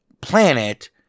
planet